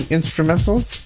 Instrumentals